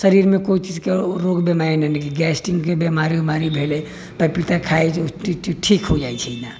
शरीर मे कोइ चीज के रोग बीमारी नहि मिली गेस्टिङ्ग के बीमारी उमारी भेलै तऽ पपीता खाइ तऽ ठीक हो जाइ छै न